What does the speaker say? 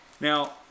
Now